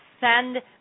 send